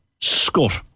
Scott